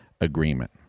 agreement